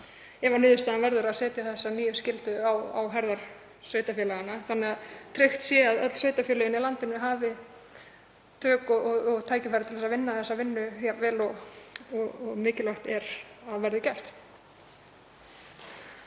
ef niðurstaðan verður að setja þessa skyldu á herðar sveitarfélaganna þannig að tryggt sé að öll sveitarfélögin í landinu hafi tök á og tækifæri til að vinna þessa vinnu jafn vel og mikilvægt er að gert verði.